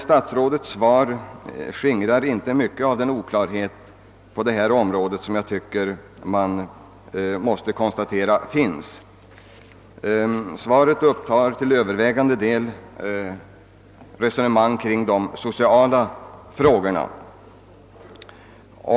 Statsrådets svar skingrade inte mycket av den ovisshet som råder beträffande sysselsättningsfrågorna. Svaret upptar till övervägande del resonemang om de sociala frågorna.